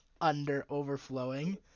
under-overflowing